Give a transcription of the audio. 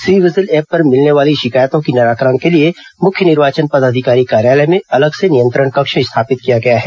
C vigil पर मिलने वाली शिकायतों के निराकरण के लिए मुख्य निर्वाचन पदाधिकारी कार्यालय में अलग से नियंत्रण कक्ष स्थापित किया गया है